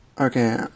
Okay